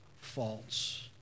faults